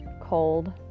cold